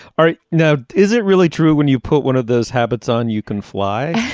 all right now is it really true when you put one of those habits on you can fly.